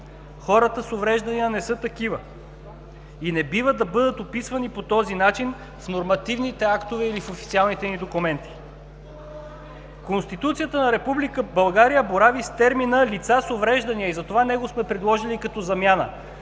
Хората с увреждания не са такива и не бива да бъдат описвани по този начин в нормативните актове или в официалните ни документи. Конституцията на Република България борави с термина „лица с увреждания“ и затова него сме предложили като замяна.